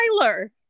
Tyler